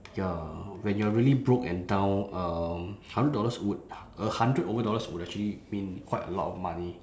ya when you're really broke and down um hundred dollars would a hundred over dollars would actually mean quite a lot of money